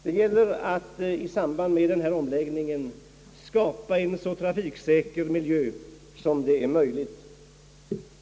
Det gäller att i samband med omläggningen skapa en så trafiksäker miljö som det är möjligt.